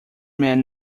man